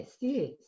yes